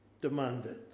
demanded